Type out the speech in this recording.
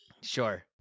Sure